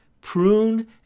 prune